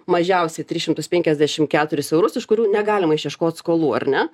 mažiausiai tris šimtus penkiasdešim keturis eurus iš kurių negalima išieškot skolų ar ne